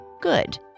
Good